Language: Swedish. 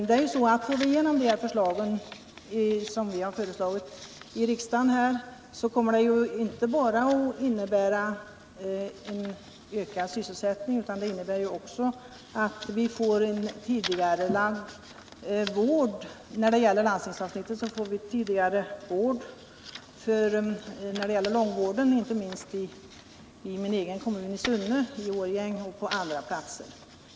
De förslagen från oss kommer inte bara att innebära ökad sysselsättning utan också att vi, när det gäller landstingsavsnittet, får en tidigareläggning av vård inom långvården. inte minst i min egen kommun Sunne, i Årjäng och på andra platser.